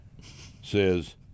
says